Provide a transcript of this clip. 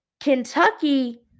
Kentucky